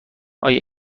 آیا